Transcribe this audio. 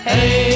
Hey